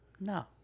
No